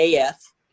af